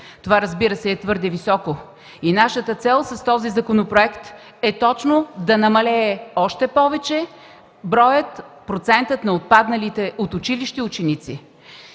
Разбира се, това е твърде високо. Нашата цел със законопроекта е именно да намалее още повече броят, процентът на отпадналите от училище ученици.